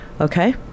okay